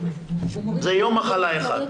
יום מחלה אחד.